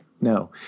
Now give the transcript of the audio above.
No